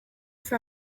for